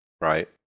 Right